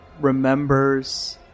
remembers